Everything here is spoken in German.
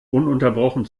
ununterbrochen